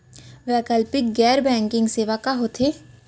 वैकल्पिक गैर बैंकिंग सेवा का होथे?